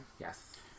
Yes